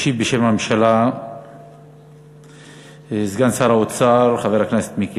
ישיב בשם הממשלה סגן שר האוצר, חבר הכנסת מיקי